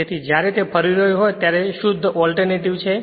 તેથી જ્યારે તે ફરી રહ્યું હોય ત્યારે આ એક શુદ્ધ ઓલ્ટરનેટિવ છે